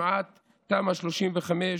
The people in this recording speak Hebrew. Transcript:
למעט תמ"א 35,